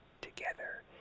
together